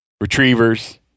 retrievers